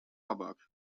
labāk